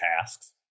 tasks